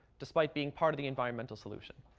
despite being part of the environmental solution.